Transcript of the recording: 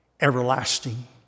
everlasting